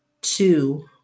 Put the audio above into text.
two